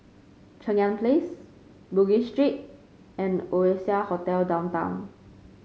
Cheng Yan Place Bugis Street and Oasia Hotel Downtown